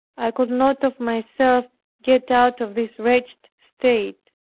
i could not of myself get out of this wretched state.